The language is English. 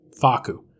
Faku